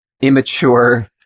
immature